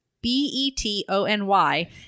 B-E-T-O-N-Y